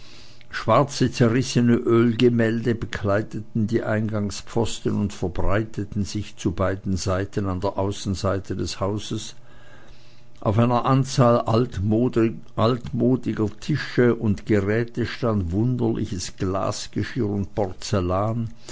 schwarze zerrissene ölgemälde bekleideten die eingangspfosten und verbreiteten sich zu beiden seiten an der außenseite des hauses auf einer anzahl altmodiger tische und geräte stand wunderliches glasgeschirr und porzellan